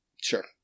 Sure